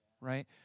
right